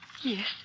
Yes